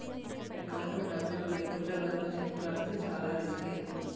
ఎకౌంట్లో డబ్బులు లేకుండా గనక చెక్కు రాస్తే చానా రిసుకే